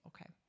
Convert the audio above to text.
Okay